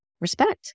respect